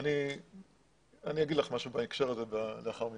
אני אומר לך משהו בהקשר הזה לאחר מכן.